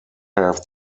have